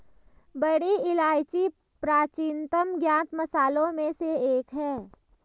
बड़ी इलायची प्राचीनतम ज्ञात मसालों में से एक है